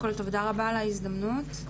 על ההזדמנות,